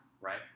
right